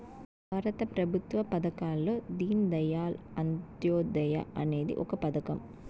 భారత ప్రభుత్వ పథకాల్లో దీన్ దయాళ్ అంత్యోదయ అనేది ఒక పథకం